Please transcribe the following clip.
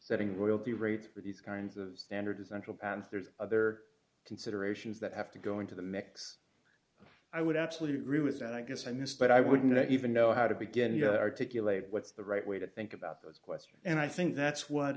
setting royalty rates for these kinds of standard central panther's other considerations that have to go into the mix i would absolutely agree with that i guess i miss but i wouldn't even know how to begin to articulate what's the right way to think about this question and i think that's what